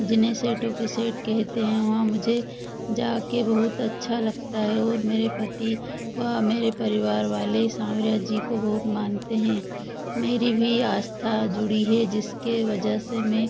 जिन्हें सेठों के सेठ कहते हैं वहाँ मुझे जाकर बहुत अच्छा लगता है और मेरे पती व मेरे परिवार वाले सांवरिया जी को बहुत मानते हैं मेरी भी आस्था जुड़ी है जिसके वजह से मैं